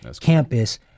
campus